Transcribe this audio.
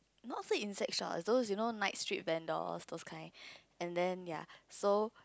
not say insect shop is those you know night street vendor those kind and then ya so